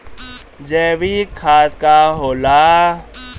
जैवीक खाद का होला?